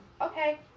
okay